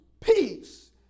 peace